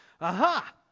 aha